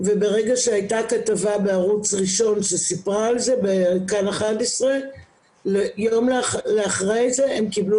אני חייבת להזכיר במילה שבעצם התיאום שכן מתקיים היום שהוא מצומצם